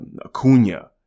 Acuna